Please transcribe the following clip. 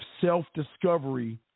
self-discovery